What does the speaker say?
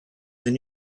than